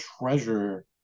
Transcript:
treasure